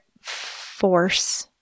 force